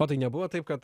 o tai nebuvo taip kad